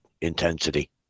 intensity